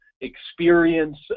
experience